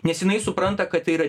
nes jinai supranta kad tai yra